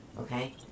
okay